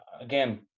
again